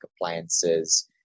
appliances